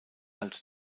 als